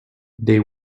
they